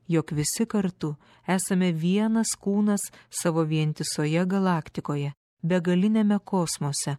jog visi kartu esame vienas kūnas savo vientisoje galaktikoje begaliniame kosmose